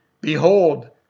Behold